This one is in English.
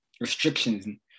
restrictions